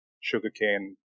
sugarcane